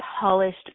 polished